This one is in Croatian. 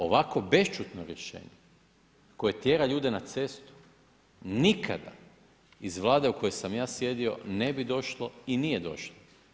Ovako bešćutno rješenje koje tjera ljude na cestu nikada iz Vlade u kojoj sam ja sjedio ne bi došlo i nije došlo.